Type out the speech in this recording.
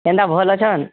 କେନ୍ତା ଭଲ ଅଛନ୍